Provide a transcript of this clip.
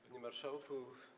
Panie Marszałku!